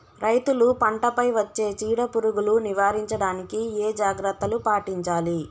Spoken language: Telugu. రైతులు పంట పై వచ్చే చీడ పురుగులు నివారించడానికి ఏ జాగ్రత్తలు పాటించాలి?